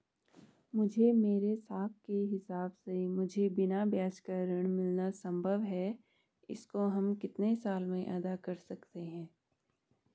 मुझे मेरे साख के हिसाब से मुझे बिना ब्याज का ऋण मिलना संभव है इसको हम कितने साल में अदा कर सकते हैं?